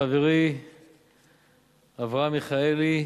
חברי אברהם מיכאלי,